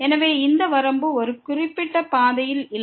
எனவே இந்த வரம்பு ஒரு குறிப்பிட்ட பாதையில் இல்லை